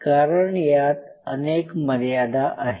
कारण यात अनेक मर्यादा आहे